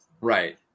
Right